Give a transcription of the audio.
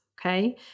Okay